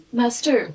master